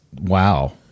wow